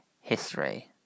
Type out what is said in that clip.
history